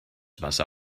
wasser